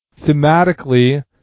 thematically